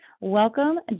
Welcome